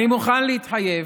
אני מוכן להתחייב